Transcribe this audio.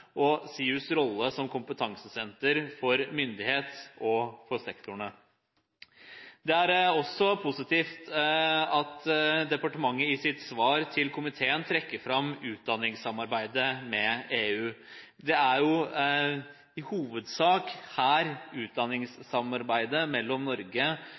og SIUs rolle som kompetansesenter for myndighetene og sektoren. Det er også positivt at departementet i sitt svar til komiteen trekker fram utdanningssamarbeidet med EU. Det er jo i hovedsak her utdanningssamarbeidet mellom Norge